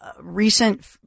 recent